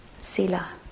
sila